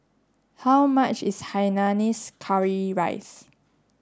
how much is Hainanese curry rice